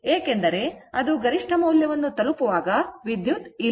ಏಕೆಂದರೆ ಅದು ಗರಿಷ್ಠ ಮೌಲ್ಯವನ್ನು ತಲುಪುವಾಗ ವಿದ್ಯುತ್ ಇಲ್ಲಿದೆ